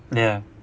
ya